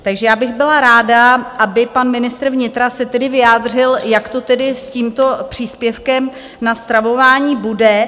Takže já bych byla ráda, aby pan ministr vnitra se tedy vyjádřil, jak to tedy s tímto příspěvkem na stravování bude.